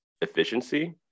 efficiency